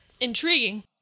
intriguing